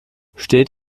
steht